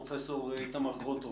פרופ' איתמר גרוטו,